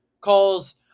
calls